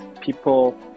people